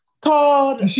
called